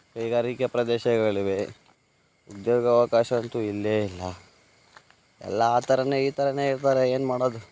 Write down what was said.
ಕೈಗಾರಿಕೆ ಪ್ರದೇಶಗಳಿವೆ ಉದ್ಯೋಗಾವಕಾಶ ಅಂತೂ ಇಲ್ವೇ ಇಲ್ಲ ಎಲ್ಲ ಆ ಥರನೇ ಈ ಥರನೇ ಇರ್ತಾರೆ ಏನು ಮಾಡೋದು